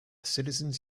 citizens